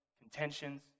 contentions